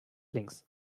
links